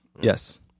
Yes